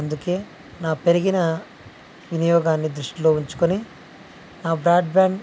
అందుకే నా పెరిగిన వినియోగాన్ని దృష్టిలో ఉంచుకొని నా బ్రాడ్బ్యాండ్